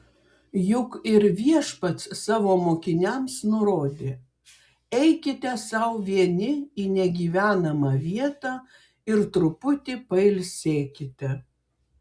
juk ir viešpats savo mokiniams nurodė eikite sau vieni į negyvenamą vietą ir truputį pailsėkite